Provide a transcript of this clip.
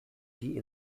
die